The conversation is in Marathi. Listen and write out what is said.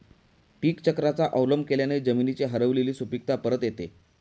पीकचक्राचा अवलंब केल्याने जमिनीची हरवलेली सुपीकता परत येते